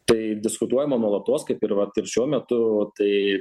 tai diskutuojama nuolatos kaip ir vat ir šiuo metu tai